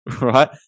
right